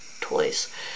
toys